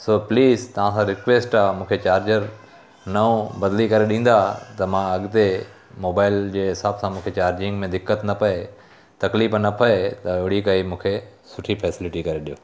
सो please तव्हां खां request आहे मूंखे चार्जर नओं बदिली करे ॾींदा त मां अॻिते मोबाइल जे हिसाब सां मूंखे चार्जिंग में दिक़त न पए तक़लीफ़ न पए त ओड़ी काई मूखे सुठी फैसिलिटी करे ॾियो